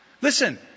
Listen